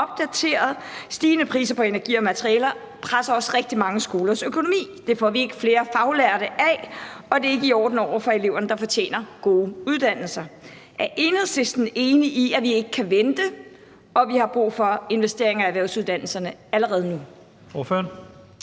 de stigende priser på energi og materialer presser også rigtig mange skolers økonomi. Det får vi ikke flere faglærte af, og det er ikke i orden over for eleverne, der fortjener gode uddannelser. Er Enhedslisten enig i, at vi ikke kan vente, og at vi har brug for investeringer i erhvervsuddannelserne allerede nu? Kl.